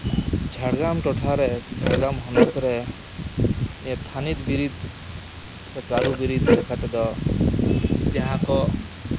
ᱡᱷᱟᱲᱜᱨᱟᱢ ᱴᱚᱴᱷᱟ ᱨᱮ ᱥᱮ ᱡᱷᱟᱲᱜᱨᱟᱢ ᱦᱚᱱᱚᱛ ᱱᱤᱭᱟᱹ ᱛᱷᱟᱹᱱᱤᱛ ᱵᱤᱨᱤᱫ ᱥᱮ ᱠᱟᱹᱨᱩ ᱵᱤᱨᱤᱫ ᱞᱮᱠᱟ ᱛᱮᱫᱚ ᱡᱟᱦᱟᱸᱠᱚ